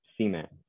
cement